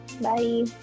bye